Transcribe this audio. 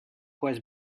was